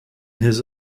his